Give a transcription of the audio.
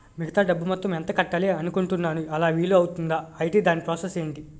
మిగతా డబ్బు మొత్తం ఎంత కట్టాలి అనుకుంటున్నాను అలా వీలు అవ్తుంధా? ఐటీ దాని ప్రాసెస్ ఎంటి?